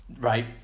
Right